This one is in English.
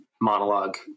monologue